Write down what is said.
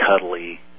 cuddly